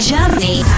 Germany